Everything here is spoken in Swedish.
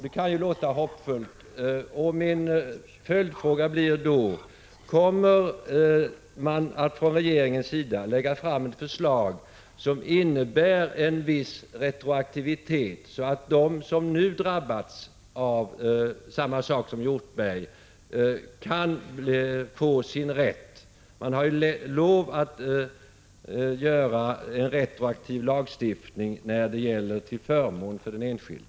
Det kan ju låta hoppfullt, och min följdfråga blir: Kommer man att från regeringens sida lägga fram ett förslag som innebär en viss retroaktivitet, så att de som nu drabbats av samma sak som Hjortberg kan få sin rätt? Man har ju lov att göra en retroaktiv lagstiftning i fall där detta är till förmån för den enskilde.